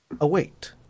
Await